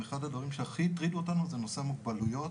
אחד הדברים שהכי הטרידו אותנו זה נושא המוגבלויות,